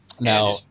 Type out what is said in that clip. Now